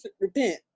Repent